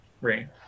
right